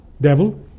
devil